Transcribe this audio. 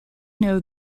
know